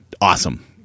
Awesome